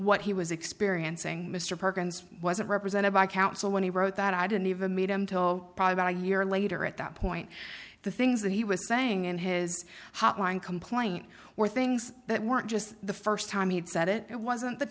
what he was experiencing mr perkins wasn't represented by counsel when he wrote that i didn't even meet him till about a year later at that point the things that he was saying in his hotline complaint were things that weren't just the st time he'd said it wasn't the